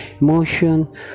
emotion